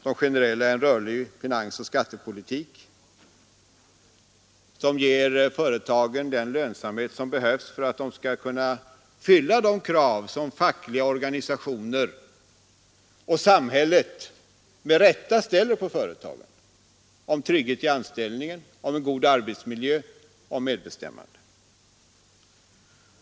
De generella åtgärderna är en rörlig finansoch skattepolitik, som ger företagen den lönsamhet som behövs för att de skall kunna fylla de krav som fackliga organisationer och samhället med rätta ställer på företagen: trygghet i anställningen, en god arbetsmiljö, medbestämmanderätt.